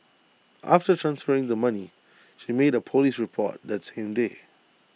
after transferring the money she made A Police report that same day